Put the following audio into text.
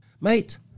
mate